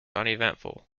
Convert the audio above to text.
uneventful